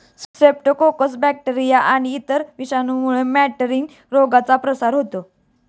Streptococcus bacteria आणि इतर विषाणूंमुळे मॅटिन रोगाचा प्रसार होतो